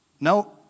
No